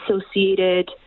associated